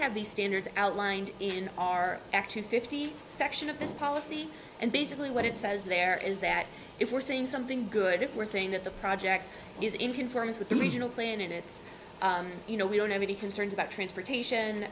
have these standards outlined in our two fifty section of this policy and basically what it says there is that if we're saying something good we're saying that the project is in conformance with the original plan and it's you know we don't have any concerns about transportation